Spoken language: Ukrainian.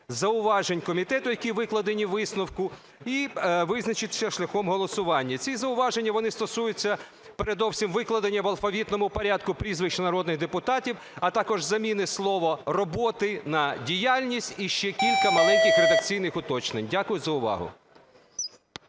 зауважень комітету, які викладені у висновку, і визначитися шляхом голосування. Ці зауваження стосуються передовсім викладення в алфавітному порядку прізвищ народних депутатів, а також заміни слова "роботи" на "діяльність", і ще кілька маленьких редакційних уточнень. Дякую за увагу.